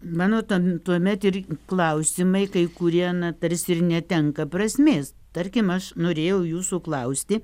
mano tam tuomet ir klausimai kai kurie na tarsi ir netenka prasmės tarkim aš norėjau jūsų klausti